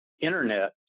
internet